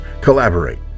collaborate